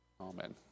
Amen